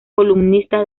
columnista